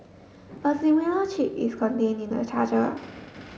a similar chip is contain in the charger